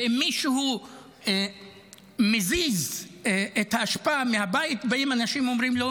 וכשמישהו מזיז את האשפה מהבית באים אנשים ואומרים לו: